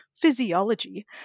physiology